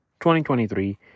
2023